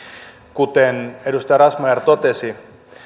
kuten edustaja razmyar totesi